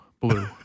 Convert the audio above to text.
blue